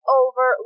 over